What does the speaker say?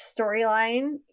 storyline